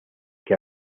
que